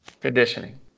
Conditioning